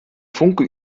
funke